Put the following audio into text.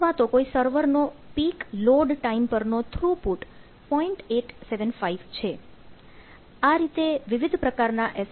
તો આ રીતે વિવિધ પ્રકારના એસ